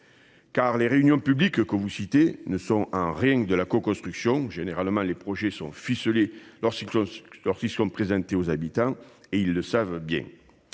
car les réunions publiques que vous citez ne relèvent en rien de la coconstruction. En général, les projets sont déjà ficelés lorsqu'ils sont présentés aux habitants, lesquels le savent bien.